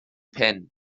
pump